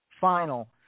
final